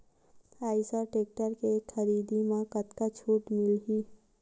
Eicher tractor के खरीदी म कतका छूट मिलही?